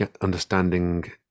understanding